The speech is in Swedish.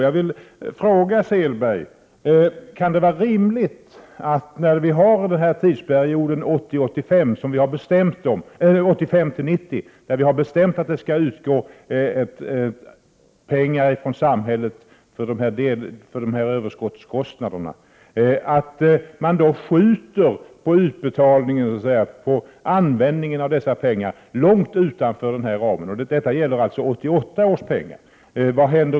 Jag vill fråga Selberg: När vi har bestämt att samhället skall betala ut ersättning för överskottskostnaderna under tidsperioden 1985-1990, kan det då vara rimligt att man skjuter på användningen av dessa pengar långt utanför den ramen? Detta gäller alltså 1988 års pengar.